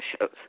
shows